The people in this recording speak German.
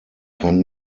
kann